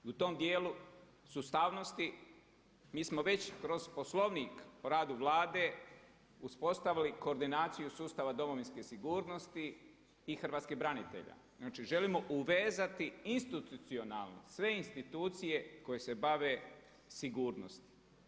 I u tom dijelu sustavnosti mi smo već kroz Poslovnik o radu Vlade uspostavili koordinaciju sustava domovinske sigurnosti i hrvatskih branitelja, znači želimo uvezati institucionalno sve institucije koje sa bave sigurnosti.